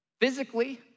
Physically